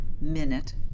minute